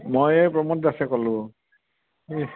মই এই প্ৰমোদ দাসে ক'লোঁ ইছ্